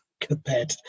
compared